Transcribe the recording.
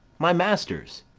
my master's.